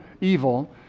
evil